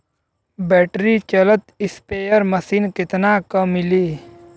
Battery चलत sprayer machine कितना क मिली?